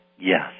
Yes